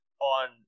on